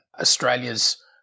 Australia's